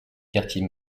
quartier